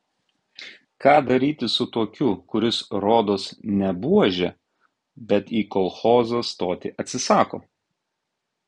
ką daryti su tokiu kuris rodos ne buožė bet į kolchozą stoti atsisako